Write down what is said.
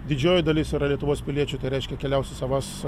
didžioji dalis yra lietuvos piliečių tai reiškia keliaus į savas